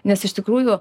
nes iš tikrųjų